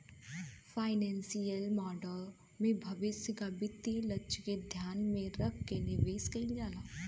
financial model में भविष्य क वित्तीय लक्ष्य के ध्यान में रखके निवेश कइल जाला